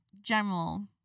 general